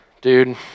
dude